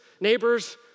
neighbors